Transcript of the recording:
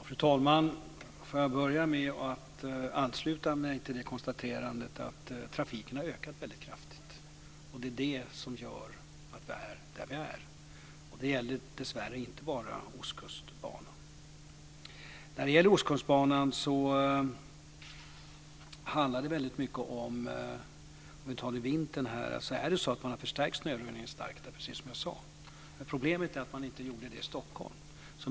Fru talman! Låt mig börja med att ansluta mig till konstaterandet att trafiken har ökat väldigt kraftigt. Det är det som gör att den är vad den är. Det gäller dessvärre inte bara på ostkustbanan. Vad avser ostkustbanan har man, precis som jag sade, under vintern förstärkt snöröjningen starkt. Problemet är att man inte gjorde det i Stockholm.